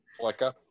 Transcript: Flicka